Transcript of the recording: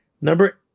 Number